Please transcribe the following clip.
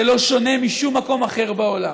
זה לא שונה משום מקום אחר בעולם.